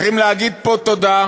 צריכים להגיד פה תודה